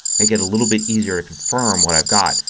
make it a little bit easier to confirm what i've got.